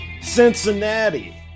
Cincinnati